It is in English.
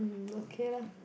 okay lah